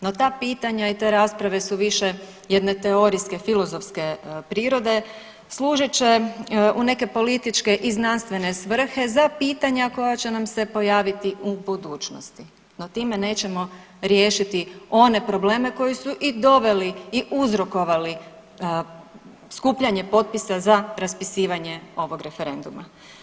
No ta pitanja i te rasprave su više jedne teorijske filozofske prirode, služit će u neke političke i znanstvene svrhe za pitanja koja će nam se pojaviti u budućnosti, no time nećemo riješiti one probleme koji su i doveli i uzrokovali skupljanje potpisa za raspisivanje ovog referenduma.